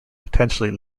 potentially